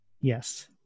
Yes